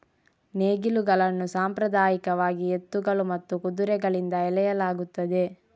ನೇಗಿಲುಗಳನ್ನು ಸಾಂಪ್ರದಾಯಿಕವಾಗಿ ಎತ್ತುಗಳು ಮತ್ತು ಕುದುರೆಗಳಿಂದ ಎಳೆಯಲಾಗುತ್ತದೆ